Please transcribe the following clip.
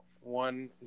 one